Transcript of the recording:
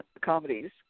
comedies